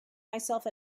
myself